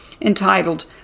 entitled